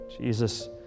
Jesus